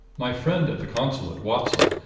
my friend at the consulate, watson,